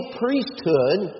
priesthood